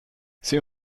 sie